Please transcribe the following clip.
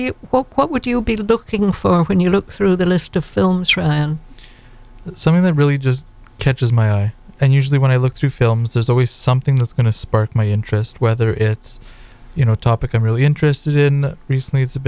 you what would you be looking for when you look through the list of films for an something that really just catches my eye and usually when i look through films there's always something that's going to spark my interest whether it's you know topic i'm really interested in recently it's